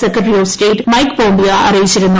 secretary of state Mike Pompeo അറിയിച്ചിരുന്നു